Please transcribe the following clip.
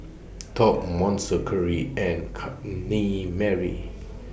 Top Monster Curry and Chutney Mary